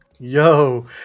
yo